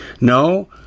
no